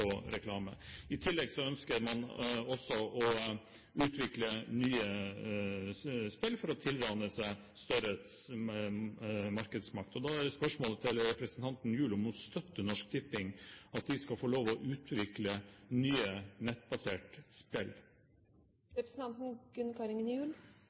reklame. I tillegg ønsker man også å utvikle nye spill for å tilrane seg større markedsmakt. Da er spørsmålet til representanten Gjul om hun støtter at Norsk Tipping skal få lov til å utvikle nye nettbaserte